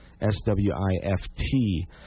S-W-I-F-T